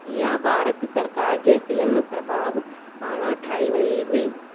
हीअ भारत सरकार जे फ़िल्मु प्रभागु पारां ठाही वेई हुई